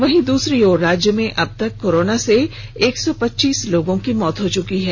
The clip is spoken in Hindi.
वहीं द्सरी ओर राज्य में अब तक कोरोना से एक सौ पच्चीस लोगों की मौत हो चुकी है